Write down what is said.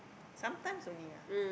sometimes only ah